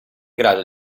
grado